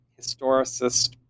historicist